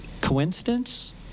coincidence